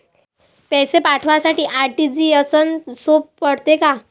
पैसे पाठवासाठी आर.टी.जी.एसचं सोप पडते का?